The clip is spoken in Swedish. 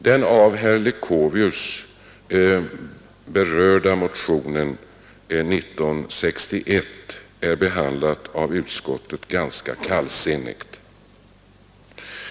Den av herr Leuchovius berörda motionen 1961 har av utskottet behandlats ganska kallsinnigt.